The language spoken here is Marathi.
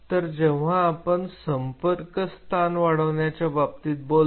तर जेव्हा केव्हा आपण संपर्क स्थान वाढवण्याचे बाबतीत बोलतो